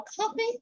coffee